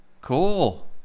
Cool